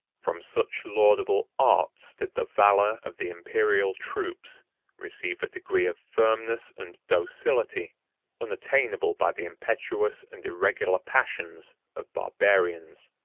from such laudable arts did the valor of the imperial troops receive a degree of firmness and docility unattainable by the impetuous and irregular passions of barbarians.